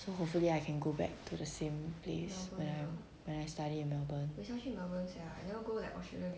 so hopefully I can go back to the same place when I when I study in melbourne